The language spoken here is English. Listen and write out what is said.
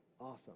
awesome